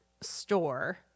store